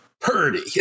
Purdy